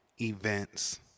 events